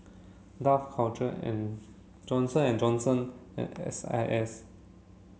Dough Culture and Johnson and Johnson and S I S